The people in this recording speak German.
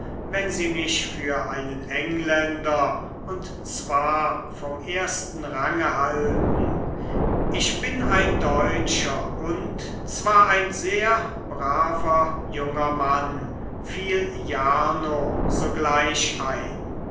wenn sie mich für einen engländer und zwar vom ersten range halten ich bin ein deutscher und zwar ein sehr braver junger mann fiel jarno sogleich ein